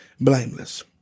blameless